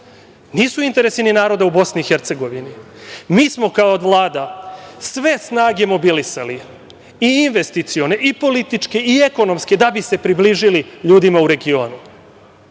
Nisu ni interesi ni naroda u BiH. Mi smo kao Vlada sve snage mobilisali, i investicione, i političke, i ekonomske da bi se približili ljudima u regionu.